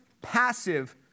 passive